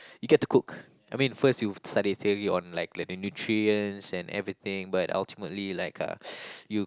you get to cook I mean first you study theory on like learning nutrients and everything but ultimately like uh you